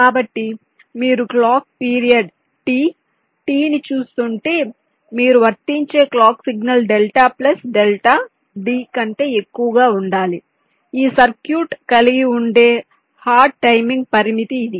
కాబట్టి మీరు clock period T Tని చూస్తుంటే మీరు వర్తించే clock signal delta plus delta D కంటే ఎక్కువగా ఉండాలి ఈ సర్క్యూట్ కలిగివుండే హార్డ్ టైమింగ్ పరిమితి ఇది